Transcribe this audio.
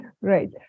right